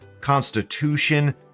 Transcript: constitution